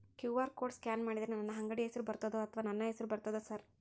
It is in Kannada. ಕ್ಯೂ.ಆರ್ ಕೋಡ್ ಸ್ಕ್ಯಾನ್ ಮಾಡಿದರೆ ನನ್ನ ಅಂಗಡಿ ಹೆಸರು ಬರ್ತದೋ ಅಥವಾ ನನ್ನ ಹೆಸರು ಬರ್ತದ ಸರ್?